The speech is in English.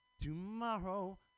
tomorrow